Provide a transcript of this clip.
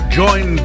join